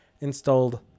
installed